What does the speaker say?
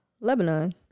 Lebanon